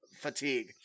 fatigue